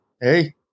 Hey